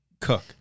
cook